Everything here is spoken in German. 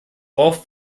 oft